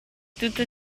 tutto